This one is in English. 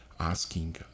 asking